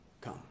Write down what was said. come